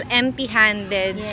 empty-handed